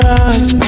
eyes